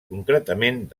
concretament